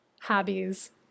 hobbies